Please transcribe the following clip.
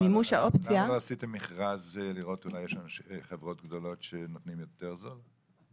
למה לא עשיתם מכרז לראות אולי יש חברות גדולות שנותנות הצעה זולה יותר?